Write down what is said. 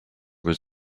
was